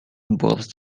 involves